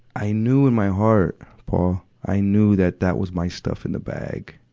i knew in my heart, paul. i knew that that was my stuff in the bag,